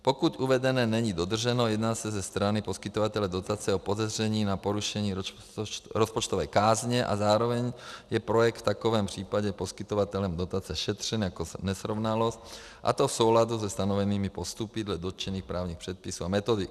Pokud uvedené není dodrženo, jedná se ze strany poskytovatele dotace o podezření na porušení rozpočtové kázně a zároveň je projekt v takovém případě poskytovatelem dotace šetřen jako nesrovnalost, a to v souladu se stanovenými postupy dle dotčených právních předpisů a metodik.